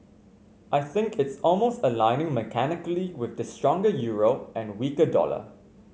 I think it's almost aligning mechanically with the stronger euro and weaker dollar